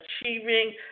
achieving